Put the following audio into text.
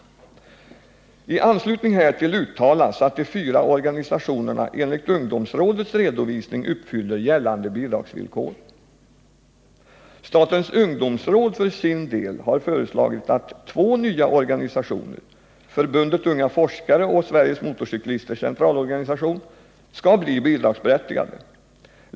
I anslutning härtill uttalas att de fyra organisationerna enligt ungdomsrådets redovisning uppfyller gällande bidragsvillkor. Statens ungdomsråd har för sin del föreslagit att två nya organisationer, Förbundet Unga forskare och Sveriges motorcyklisters centralorganisation, skall bli bidragsberättigade.